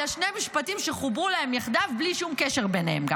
אלא שני משפטים שחוברו להם יחדיו וגם בלי שום קשר ביניהם.